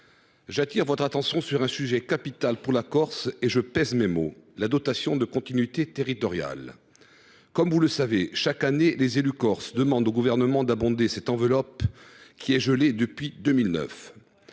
J’attire votre attention sur un sujet capital pour la Corse, et je pèse mes mots : la dotation de continuité territoriale (DCT). Comme vous le savez, chaque année, les élus corses demandent au Gouvernement d’abonder cette enveloppe, gelée depuis 2009.